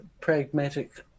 pragmatic